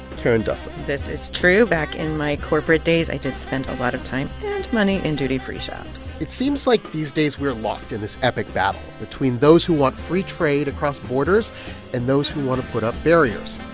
karen duffin this is true. back in my corporate days, i did spend a lot of time and money in duty-free shops it seems like these days we are locked in this epic battle between those who want free trade across borders and those who want to put up barriers.